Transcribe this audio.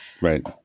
Right